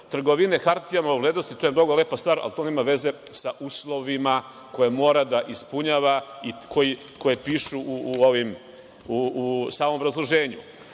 trgovine hartijama od vrednosti, to je mnogo lepa stvar, ali to nema veze sa uslovima koje mora da ispunjava i koji pišu u samom obrazloženju. Dobili